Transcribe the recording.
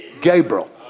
Gabriel